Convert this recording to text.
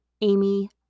Amy